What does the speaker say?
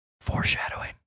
Foreshadowing